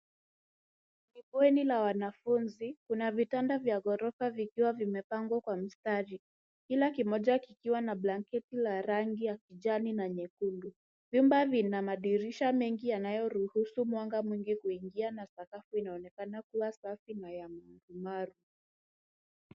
Ni bweni la wanafunzi, kuna vitanda vya gorofa vikiwa vimepangwa kwa mstari. Kila kimoja kikiwa na blanketi la rangi ya kijani na nyekundu. Vyumba vina madirisha mengi yanayoruhusu mwanga mwingi kuingia na sakafu inaonekana kuwa safi na ya maumaru.